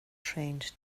trained